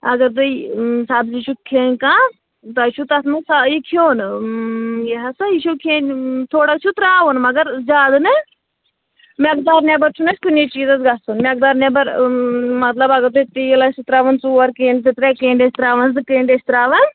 اگر تۄہہِ سبزی چھُو کھیٚنۍ کانٛہہ تۄہہِ چھُو تتھ منٛز یہِ کھیٚون یہِ ہسا یہِ چھُو کھیٚنۍ تھوڑا چھُو ترٛاوُن مگر زیادٕ نہٕ میٚقدار نیٚبر چھُنہٕ تۅہہِ کُنی چیٖزس گژھُن میٚقدار نیٚبر مطلب اگر تۄہہِ تیٖل آسہِ ترٛاوُن ژور کرٛیٚنٛڈ زٕ ترٛےٚ کرٛیٚنٛڈ آسہِ ترٛاوان زٕ کرٛیٚنٛڈ ٲسۍ ترٛاوان